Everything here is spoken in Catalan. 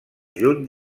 juny